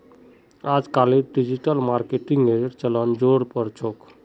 अजकालित डिजिटल मार्केटिंगेर चलन ज़ोरेर पर छोक